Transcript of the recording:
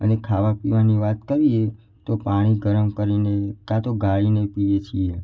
અને ખાવા પીવાની વાત કરીએ તો પાણી ગરમ કરીને કાં તો ગાળીને પીએ છીએ